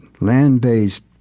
land-based